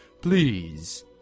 Please